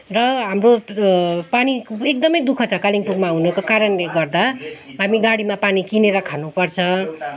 र हाम्रो पानी एकदमै दुःख छ कालिम्पोङमा हुनुको कारणले गर्दा हामी गाडीमा पानी किनेर खानुपर्छ